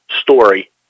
story